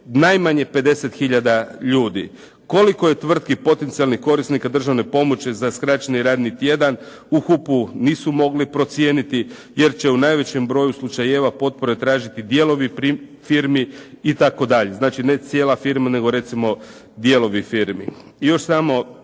najmanje 50 hiljada ljudi. Koliko je tvrtki potencijalnih korisnika državne pomoći za skraćeni radni tjedan u HUP-u nisu mogli procijeniti jer će u najvećem broju slučajeva potpore tražiti dijelovi firmi itd. Znači ne cijela firma, nego recimo dijelovi firmi.